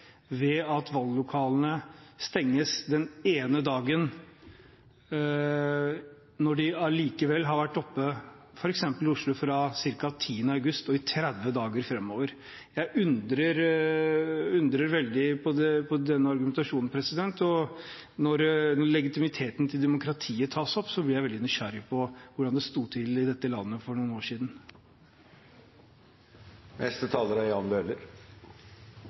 ved at valglokalene stenges den ene dagen – når de allikevel har vært oppe, f.eks. i Oslo, fra ca. 10. august og i 30 dager framover? Jeg undrer veldig på den argumentasjonen. Og når legitimiteten til demokratiet tas opp, blir jeg veldig nysgjerrig på hvordan det sto til i dette landet for noen år siden.